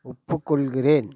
ஒப்புக்கொள்கிறேன்